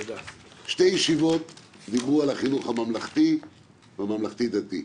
שתי ישיבות דיברו על החינוך הממלכתי והממלכתי דתי.